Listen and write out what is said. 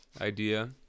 idea